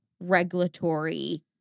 regulatory